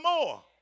more